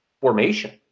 formation